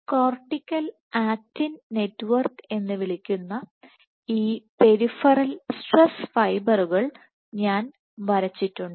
cortical actin network എന്ന് വിളിക്കുന്ന ഈ പെരിഫറൽ സ്ട്രെസ് ഫൈബറുകൾ ഞാൻ വരച്ചിട്ടുണ്ട്